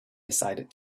decided